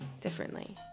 differently